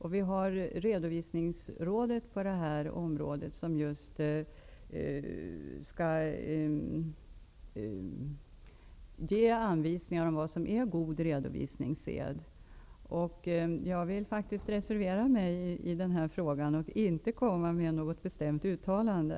På det här området har vi Redovisningsrådet, som skall ge anvisningar om god redovisningssed. Jag vill reservera mig i den här frågan och inte avge något bestämt uttalande.